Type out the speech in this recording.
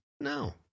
No